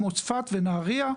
כמו צפת ונהריה.